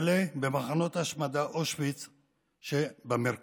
וכלה במחנות ההשמדה אושוויץ שבמרכז.